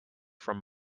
from